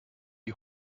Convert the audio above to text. die